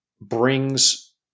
brings